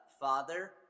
father